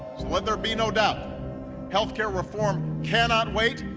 let there be no doubt healthcare reform cannot wait,